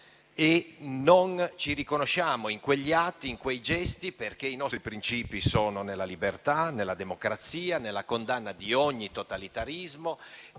Non ci riconosciamo in quegli atti e in quei gesti perché i nostri principi sono nella libertà, nella democrazia, nella condanna di ogni totalitarismo,